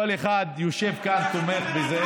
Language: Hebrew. שיושב כאן תומך בזה,